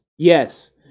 Yes